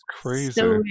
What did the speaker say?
crazy